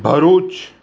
Bharuch